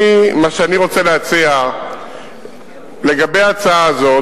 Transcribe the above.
מה שאני רוצה להציע לגבי ההצעה הזאת,